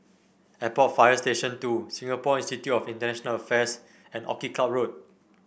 Airport Fire Station Two Singapore Institute of International Affairs and Orchid Club Road